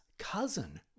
cousin